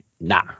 Nah